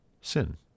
sin